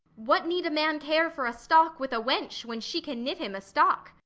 what need a man care for a stock with a wench, when she can knit him a stock.